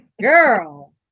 Girl